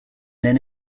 then